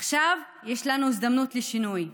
עכשיו יש לנו הזדמנות לשינוי.